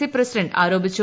C president ആരോപിച്ചു